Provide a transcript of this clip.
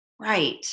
right